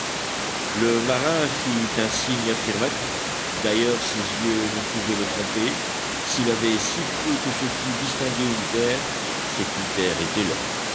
le marin fit un signe affirmatif d'ailleurs ses yeux ne pouvaient le tromper s'il avait si peu que ce fût distingué une terre c'est qu'une terre était là